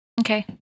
Okay